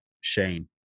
Shane